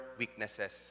weaknesses